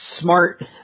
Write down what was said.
smart